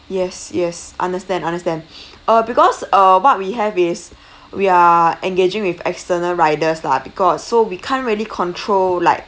yes yes understand understand uh because uh what we have is we are engaging with external riders lah because so we can't really control like